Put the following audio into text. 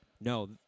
No